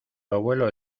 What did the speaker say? abuelo